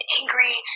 angry